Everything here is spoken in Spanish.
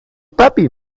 papi